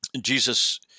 Jesus